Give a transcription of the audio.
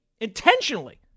intentionally